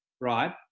right